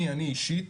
אני אישית,